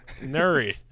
Nuri